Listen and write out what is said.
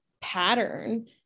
pattern